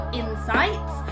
insights